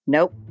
Nope